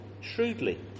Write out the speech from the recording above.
shrewdly